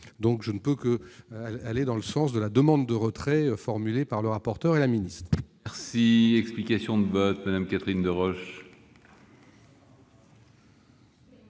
je ne peux qu'aller dans le sens de la demande de retrait formulée par M. le rapporteur et Mme la ministre.